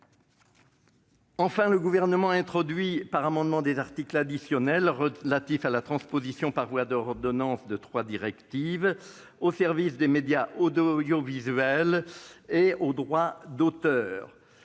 Enfin, le Gouvernement a introduit par voie d'amendement des articles additionnels relatifs à la transposition par ordonnance de trois directives, relatives aux services de médias audiovisuels et au droit d'auteur.